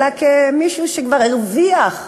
אלא כמי שכבר הרוויח כחוק,